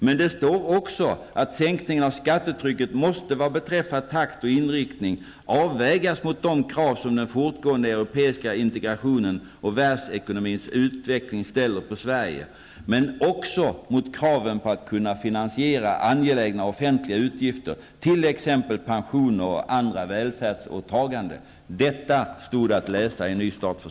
Där står också att sänkningen av skattetrycket vad beträffar takt och inriktning måste avvägas mot de krav som den fortgående europeiska integrationen och världsekonomins utveckling ställer på Sverige men också mot kraven på att kunna finansiera angelägna offentliga utgifter, t.ex. pensioner och andra välfärdsåtaganden. Detta stod att läsa i Ny start för